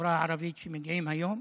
בחברה הערבית שמגיעים היום,